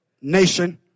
nation